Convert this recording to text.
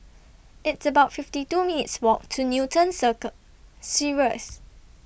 It's about fifty two minutes' Walk to Newton Circle Cirus